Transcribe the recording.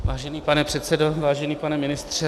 Vážený pane předsedo, vážený pane ministře...